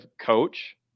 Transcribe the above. coach